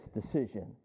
decision